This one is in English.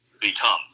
become